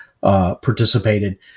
participated